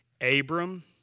Abram